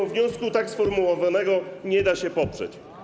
Wniosku tak sformułowanego nie da się poprzeć.